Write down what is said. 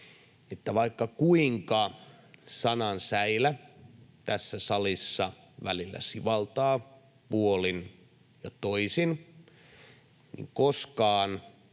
että vaikka kuinka sanan säilä tässä salissa välillä sivaltaa, puolin ja toisin, niin koskaan